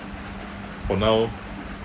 for now